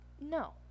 No